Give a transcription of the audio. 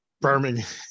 Birmingham